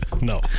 No